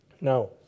Now